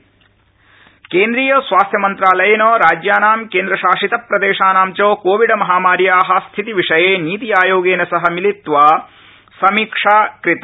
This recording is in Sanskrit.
स्वास्थ्य उपवेशनम् केन्द्रीयस्वास्थ्यमन्त्रालयेन राज्यानां केन्द्रशासितप्रदेशानां च कोविडमहामार्या स्थितिविषये नीति आयोगेन सह मितित्वा समीक्षा कृता